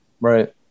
Right